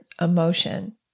Emotion